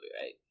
right